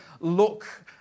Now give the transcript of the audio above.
look